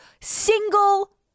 single